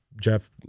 Jeff –